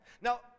Now